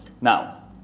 Now